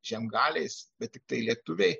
žiemgaliais bet tiktai lietuviai